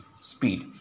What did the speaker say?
speed